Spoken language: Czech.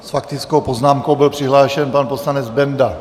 S faktickou poznámkou byl přihlášen pan poslanec Benda.